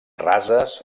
rases